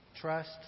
Trust